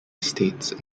estates